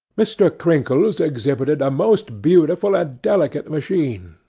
mr. crinkles exhibited a most beautiful and delicate machine,